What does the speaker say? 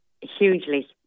Hugely